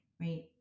right